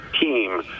team